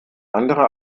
andere